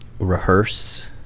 rehearse